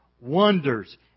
wonders